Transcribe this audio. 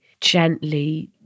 gently